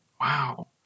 Wow